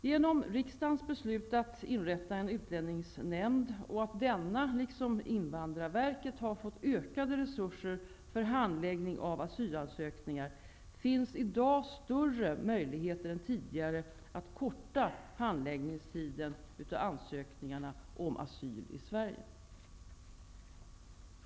Genom riksdagens beslut att inrätta en utlänningsnämnd och genom att denna liksom Invandrarverket har fått ökade resurser för handläggning av asylansökningar, finns i dag större möjligheter än tidigare att korta handläggningstiden för ansökningarna om asyl i Sverige.